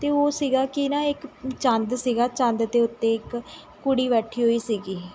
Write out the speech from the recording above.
ਅਤੇ ਉਹ ਸੀਗਾ ਕਿ ਨਾ ਇੱਕ ਚੰਦ ਸੀਗਾ ਚੰਦ ਦੇ ਉੱਤੇ ਇੱਕ ਕੁੜੀ ਬੈਠੀ ਹੋਈ ਸੀਗੀ